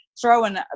throwing